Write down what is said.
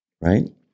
right